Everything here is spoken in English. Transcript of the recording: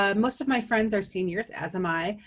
ah most of my friends are seniors, as am i.